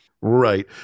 Right